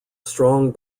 strong